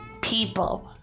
people